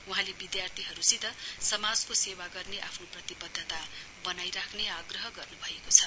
वहाँले विधार्थीहरुसित समाजको सेवा गर्ने आफ्नो प्रतिवध्दता वनाइ राख्ने आग्रह गर्नुभएको छ